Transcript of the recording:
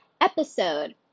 episode